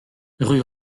rue